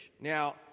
Now